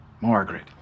Margaret